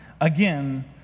Again